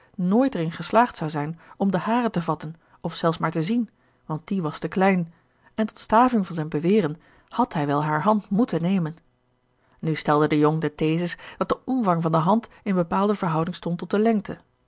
er in geslaagd zou zijn om den haren te vatten of zelfs maar te zien want die was te klein en tot staving van zijn beweren had hij wel hare hand moeten meten nu stelde de jong de thesis dat de omvang van de hand in bepaalde verhouding stond tot de lengte